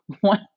one